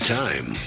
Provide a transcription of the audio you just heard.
time